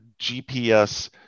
GPS